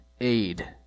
aid